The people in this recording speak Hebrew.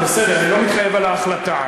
בסדר, אני לא מתחייב על ההחלטה.